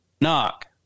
knock